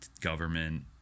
government